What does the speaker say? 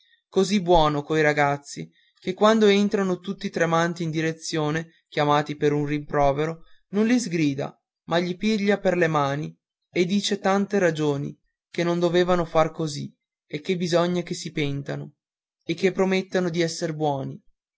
così buono coi ragazzi che quando entrano tutti tremanti in direzione chiamati per un rimprovero non li sgrida ma li piglia per le mani e dice tante ragioni che non dovevan far così e che bisogna che si pentano e che promettano d'esser buoni